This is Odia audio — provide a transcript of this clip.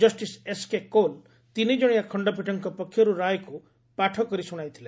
ଜଷ୍ଟିସ୍ ଏସ୍କେ କୌଲ୍ ତିନି କଣିଆ ଖଶ୍ଚପୀଠଙ୍କ ପକ୍ଷରୁ ରାୟକୁ ପାଠ କରି ଶୁଶାଇଥିଲେ